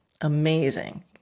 Amazing